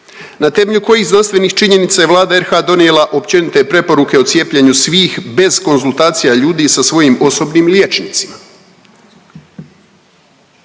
Na temelju kojih znanstvenih činjenica je Vlada RH donijela općenite preporuke o cijepljenju svih bez konzultacija ljudi sa svojim osobnim liječnicima?